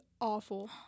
awful